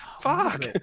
Fuck